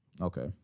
Okay